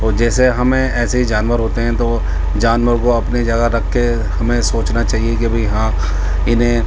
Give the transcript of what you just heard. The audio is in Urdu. اور جیسے ہم ہیں ایسے ہی جانور ہوتے ہیں تو جانوروں کو اپنی جگہ رکھ کے ہمیں سوچنا چاہیے کہ بھائی ہاں انہیں